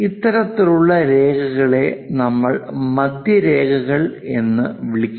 ഇത്തരത്തിലുള്ള രേഖകളെ നമ്മൾ മധ്യരേഖകൾ എന്ന് വിളിക്കുന്നു